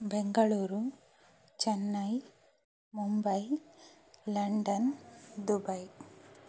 Bengaluru Chennai Mumbai London Dubai